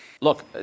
Look